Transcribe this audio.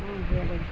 ಹ್ಞೂ